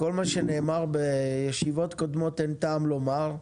כל מה שנאמר בישיבות קודמות אין טעם לומר,